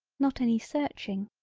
not any searching,